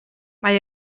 mae